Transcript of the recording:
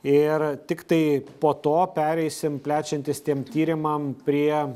ir tiktai po to pereisim plečiantis tiem tyrimam prie